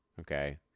Okay